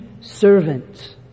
servant